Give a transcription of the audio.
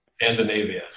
Scandinavia